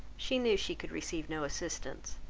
she knew she could receive no assistance,